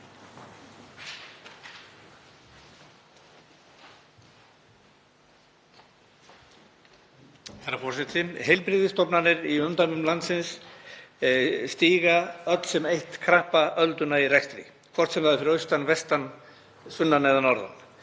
Herra forseti. Heilbrigðisstofnanir í umdæmum landsins stíga allar sem ein krappa ölduna í rekstri, hvort sem það er fyrir austan, vestan, sunnan eða norðan.